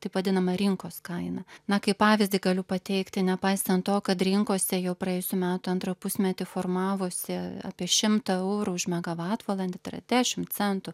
taip vadinamą rinkos kaina na kaip pavyzdį galiu pateikti nepaisant to kad rinkose jau praėjusių metų antrą pusmetį formavosi apie šimtą eurų už megavatvalandę tai yra centų